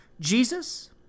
Jesus